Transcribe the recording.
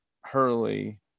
hurley